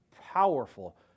powerful